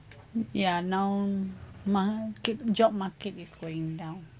ya now market job market is going down